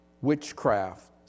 witchcraft